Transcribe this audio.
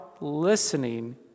listening